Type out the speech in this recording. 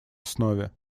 основе